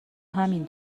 همین